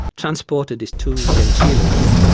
transported is too genteel a word,